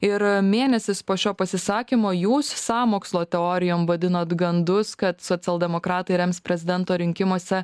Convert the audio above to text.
ir mėnesis po šio pasisakymo jūs sąmokslo teorijom vadinot gandus kad socialdemokratai rems prezidento rinkimuose